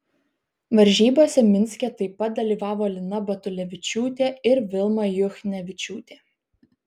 varžybose minske taip pat dalyvavo lina batulevičiūtė ir vilma juchnevičiūtė